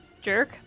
Jerk